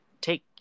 take